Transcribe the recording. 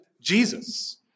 Jesus